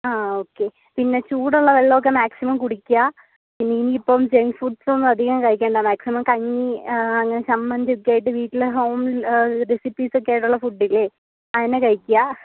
ആ ഓക്കെ പിന്നെ ചൂടുള്ള വെള്ളമൊക്കെ മാക്സിമം കുടിക്കുക പിന്നെ ഇനിയിപ്പം ജങ് ഫുഡ്സൊന്നും അധികം കഴിക്കണ്ട മാക്സിമം കഞ്ഞി ആ ഞാ ചമ്മന്തിയൊക്കെ ആയിട്ട് വീട്ടില് ഹോം റെസിപ്പീസൊക്കെ ആയിട്ടുള്ള ഫുഡില്ലേ അതന്നെ കഴിക്കുക